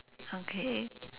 okay